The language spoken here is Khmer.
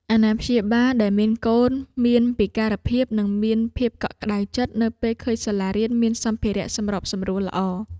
អាណាព្យាបាលដែលមានកូនមានពិការភាពនឹងមានភាពកក់ក្តៅចិត្ត នៅពេលឃើញសាលារៀនមានសម្ភារៈសម្របសម្រួលល្អ។